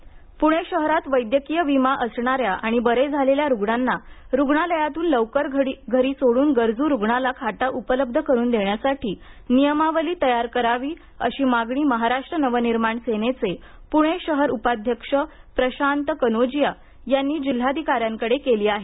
विमा मनसे पूणे शहरात वैद्यकीय विमा असणाऱ्या आणि बरे झालेल्या रुग्णांना रुग्णालयातून लवकर घरी सोडून गरजू रुग्णाला खाटा उपलब्ध करून देण्यासाठी नियमावली तयार करावी अशी मागणी महाराष्ट्र नवनिर्माण सेनेचे पूणे शहर उपाध्यक्ष प्रशांत कनोजिया यांनी जिल्हाधिकाऱ्यांकडे केली आहे